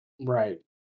Right